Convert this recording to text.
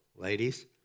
ladies